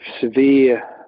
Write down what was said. severe